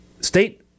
State